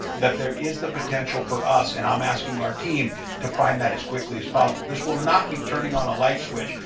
that there is the potential for us, and i'm asking our team to find that as quickly as possible. this will not be turning on a light switch,